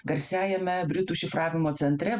garsiajame britų šifravimo centre